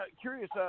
curious